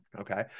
okay